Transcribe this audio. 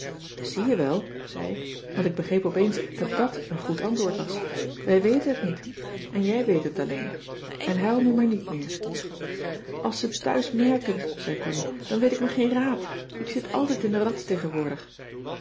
zie je wel zei ik want ik begreep opeens dat dàt een goed antwoord was wij weten het niet en je weet het alleen en huil nu maar niet meer als ze het thuis merken zei connie dan weet ik me geen raad ik zit altijd in de rats tegenwoordig